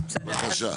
בבקשה.